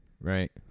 right